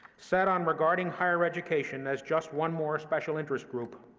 set on regarding higher education as just one more special interest group,